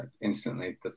instantly